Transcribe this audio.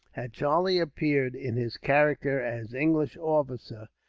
had charlie appeared in his character as english officer,